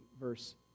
verse